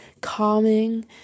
calming